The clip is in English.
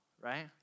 right